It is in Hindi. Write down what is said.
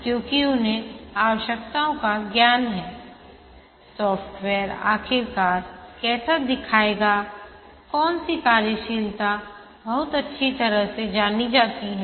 क्योंकि उन्हें आवश्यकताओं का ज्ञान है सॉफ्टवेयर आखिरकार कैसा दिखायेगा कौन सी कार्यशीलता बहुत अच्छी तरह से जानी जाती है